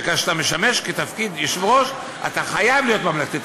שכשאתה משמש בתפקיד יושב-ראש אתה חייב להיות ממלכתי,